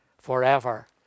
Forever